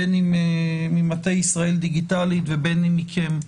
בין אם ממטה ““ישראל דיגיטלית”” ובין אם מכם,